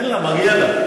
נותן לה, מגיע לה.